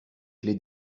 clé